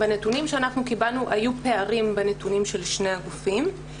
בנתונים שאנחנו קיבלנו היו פערים בין הנתונים של שני הגופים.